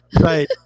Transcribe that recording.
right